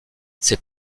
ses